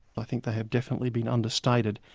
i think they have definitely been understated.